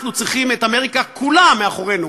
אנחנו צריכים את אמריקה כולה מאחורינו,